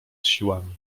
siłami